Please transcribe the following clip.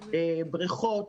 בריכות,